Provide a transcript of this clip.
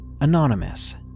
anonymous